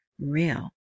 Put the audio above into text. real